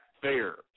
fair